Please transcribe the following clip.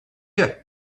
you